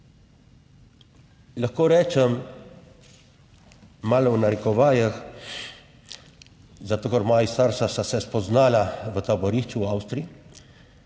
Lahko rečem malo v narekovajih, zato ker moja starša sta se spoznala v taborišču v Avstriji,